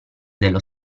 dello